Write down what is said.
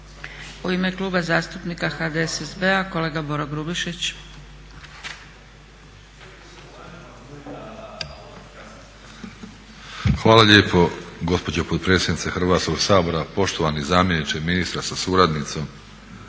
U ime Kluba zastupnika HDSSB-a kolega Boro Grubišić. **Grubišić, Boro (HDSSB)** Hvala lijepo gospođo potpredsjednice Hrvatskog sabora. Poštovani zamjeniče ministra sa suradnicom.